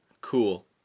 cool